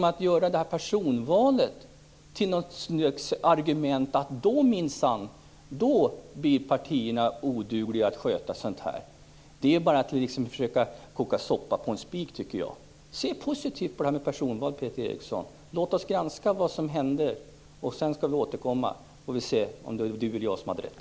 Att med personvalet som argument säga att partierna blir odugliga att sköta det är att försöka koka soppa på en spik. Se positivt på personvalet, Peter Eriksson. Låt oss granska vad som händer. Sedan skall vi återkomma och se om det var du eller jag som hade rätt.